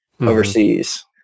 overseas